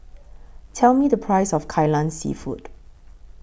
Tell Me The Price of Kai Lan Seafood